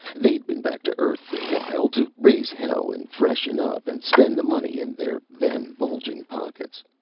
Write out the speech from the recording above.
they'd been back to earth for a while, to raise hell and freshen up, and spend the money in their then-bulging pockets.